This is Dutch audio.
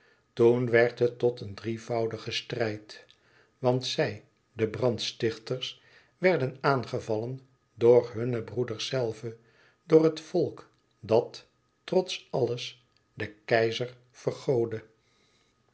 toen werd het tot een drievoudige strijd want zij de brandstichters werden aangevallen door hunne broeders zelve door het volk dat trots alles den keizer